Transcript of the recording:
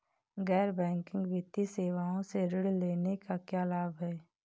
गैर बैंकिंग वित्तीय सेवाओं से ऋण लेने के क्या लाभ हैं?